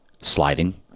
sliding